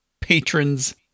Patrons